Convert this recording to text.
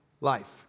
life